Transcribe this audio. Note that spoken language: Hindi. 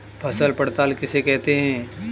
फसल पड़ताल किसे कहते हैं?